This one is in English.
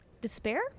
Despair